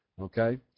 okay